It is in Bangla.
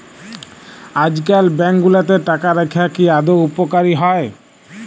আইজকাল ব্যাংক গুলাতে টাকা রাইখা কি আদৌ উপকারী হ্যয়